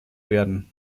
werden